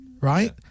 right